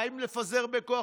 האם לפזר בכוח,